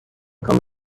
come